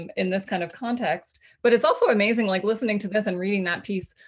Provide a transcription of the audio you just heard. in this kind of context. but it's also amazing like listening to this and reading that piece,